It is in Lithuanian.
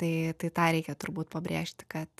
tai tai tą reikia turbūt pabrėžti kad